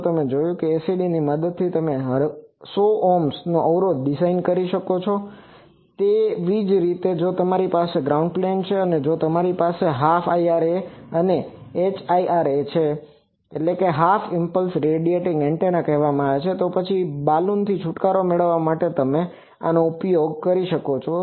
તો તમે જોયું કે ACD ની મદદથી તમે 100Ω ઓહ્મ અવરોધ પણ ડિઝાઇન કરી શકો છો તેવી જ રીતે હવે જો તમારી પાસે ગ્રાઉન્ડ પ્લેન છે અને જો તમારી પાસે હાલ્ફ IRA છે જેને HIRA half impulse radiating antenna કહેવામાં આવે છે તો પછી બાલુનથી છૂટકારો મેળવવા માટે તમે આનો ઉપયોગ કરી શકો છો